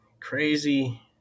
crazy